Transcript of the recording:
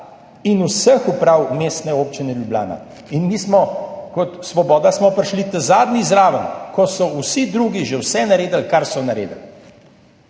in vseh uprav Mestne občine Ljubljana in mi smo, kot Svoboda, prišli zraven zadnji, ko so vsi drugi že vse naredili, kar so naredili.